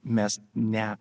mes ne